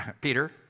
Peter